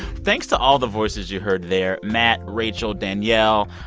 thanks to all the voices you heard there matt, rachel, danielle,